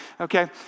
Okay